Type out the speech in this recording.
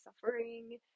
suffering